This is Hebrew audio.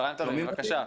קודם כל,